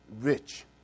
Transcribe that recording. rich